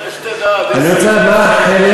כדאי שתדע, נסים, אני רוצה לדעת מה החלק